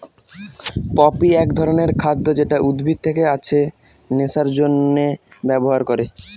poppy এক ধরনের খাদ্য যেটা উদ্ভিদ থেকে আছে নেশার জন্যে ব্যবহার করে